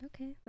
Okay